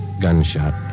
gunshot